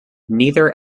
neither